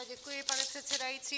Děkuji, pane předsedající.